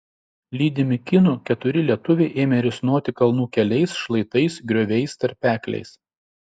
lydimi kinų keturi lietuviai ėmė risnoti kalnų keliais šlaitais grioviais tarpekliais